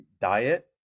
diet